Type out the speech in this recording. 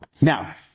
Now